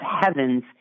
heavens